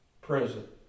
present